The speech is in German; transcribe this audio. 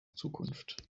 zukunft